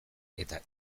eta